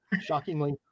shockingly